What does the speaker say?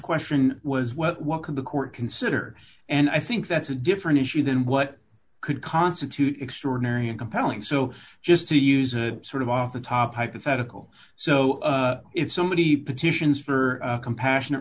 question was well what can the court consider and i think that's a different issue than what could constitute extraordinary and compelling so just to use a sort of off the top hypothetical so if somebody petitions for compassionate